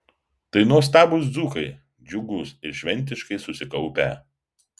tai nuostabūs dzūkai džiugūs ir šventiškai susikaupę